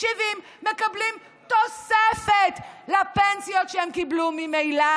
70 מקבלים תוספת לפנסיות שהם קיבלו ממילא